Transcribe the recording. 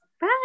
Bye